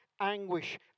anguish